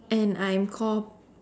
and I'm called